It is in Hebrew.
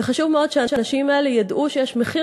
וחשוב מאוד שהאנשים האלה ידעו שיש מחיר